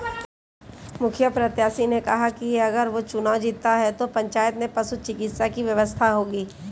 मुखिया प्रत्याशी ने कहा कि अगर वो चुनाव जीतता है तो पंचायत में पशु चिकित्सा की व्यवस्था होगी